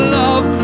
love